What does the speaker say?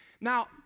Now